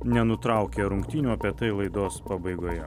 nenutraukė rungtynių apie tai laidos pabaigoje